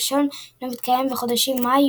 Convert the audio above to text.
והוא הראשון שאינו מתקיים בחודשים מאי,